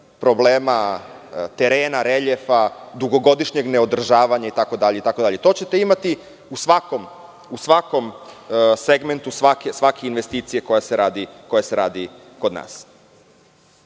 problema terena, reljefa, dugogodišnjeg neodržavanja itd. i to ćete imati u svakom segmentu svake investicije koja se radi kod nas.